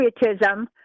patriotism